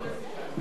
חברים.